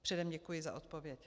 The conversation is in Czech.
Předem děkuji za odpověď.